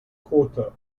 quarter